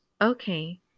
okay